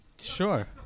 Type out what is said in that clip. Sure